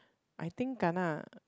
I think kana